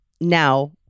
Now